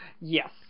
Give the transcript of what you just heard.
Yes